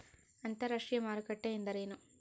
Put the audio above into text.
ಅಂತರಾಷ್ಟ್ರೇಯ ಮಾರುಕಟ್ಟೆ ಎಂದರೇನು?